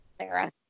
Sarah